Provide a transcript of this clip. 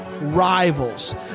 rivals